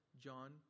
John